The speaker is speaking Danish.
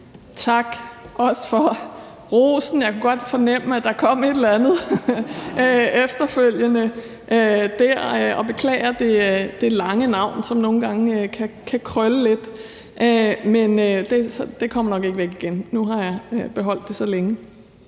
Tak, også for rosen. Jeg kunne godt fornemme, at der kom et eller andet efterfølgende der, og beklager det lange navn, som nogle gange kan krølle lidt, men det kommer nok ikke væk igen; nu har jeg beholdt det så længe.